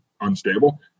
unstable